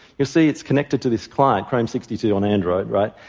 you see it's connected to this client, client sixty two on android, right?